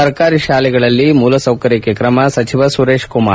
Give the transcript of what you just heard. ಸರ್ಕಾರಿ ಶಾಲೆಗಳಲ್ಲಿ ಮೂಲಸೌಕರ್ಯಕ್ಕೆ ಕ್ರಮ ಸಚಿವ ಸುರೇಶ್ಕುಮಾರ್